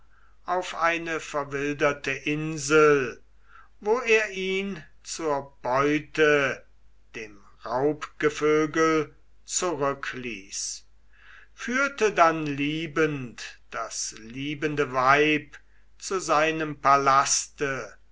auf eine verwilderte insel wo er ihn zur beute dem raubgevögel zurückließ führte dann liebend das liebende weib zu seinem palaste